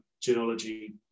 genealogy